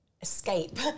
escape